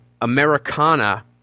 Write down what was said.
Americana